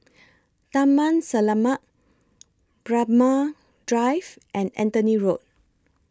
Taman Selamat Braemar Drive and Anthony Road